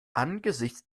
angesichts